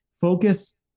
focus